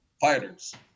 fighters